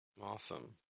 Awesome